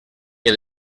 que